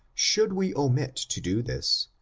should we omit to do this,